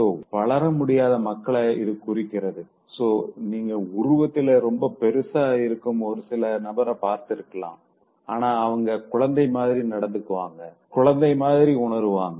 so வளர முடியாத மக்கள இது குறிக்கிதுசோ நீங்க உருவத்திலே ரொம்ப பெருசா இருக்கும் ஒருசில நபர பார்த்திருக்கலா ஆனா அவங்க குழந்தை மாதிரி நடந்துபாங்க குழந்தை மாதிரி உணருவாங்க